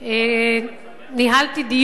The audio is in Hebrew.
ניהלתי דיון